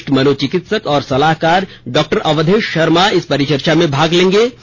वरिष्ठ मनोचिकित्सक और सलाहकार डॉक्टर अवधेश शर्मा इस परिचर्चा में भाग लेंगे